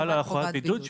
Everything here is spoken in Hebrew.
חלה עליו חובת בידוד,